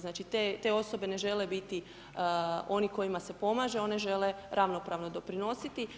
Znači, te osobe ne žele biti oni kojima se pomaže, one žele ravnopravno doprinositi.